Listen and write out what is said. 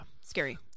scary